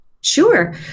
Sure